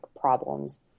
problems